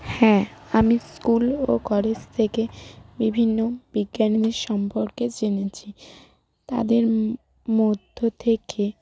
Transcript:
হ্যাঁ আমি স্কুল ও কলেজ থেকে বিভিন্ন বিজ্ঞানীদের সম্পর্কে জেনেছি তাদের মধ্য থেকে